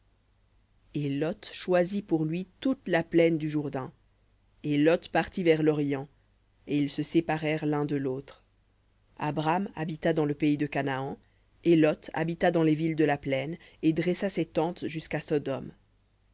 et lot choisit pour lui toute la plaine du jourdain et lot partit vers l'orient et ils se séparèrent l'un de lautre abram habita dans le pays de canaan et lot habita dans les villes de la plaine et dressa ses tentes jusqu'à sodome